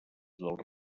dels